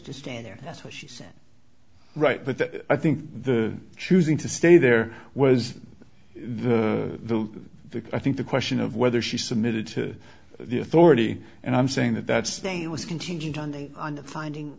to stand there that's what she said right but that i think the choosing to stay there was the i think the question of whether she submitted to the authority and i'm saying that that's the way it was contingent on the on the finding